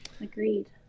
Agreed